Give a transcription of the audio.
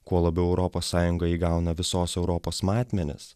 kuo labiau europos sąjunga įgauna visos europos matmenis